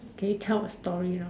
can you tell a story you know